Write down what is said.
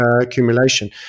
accumulation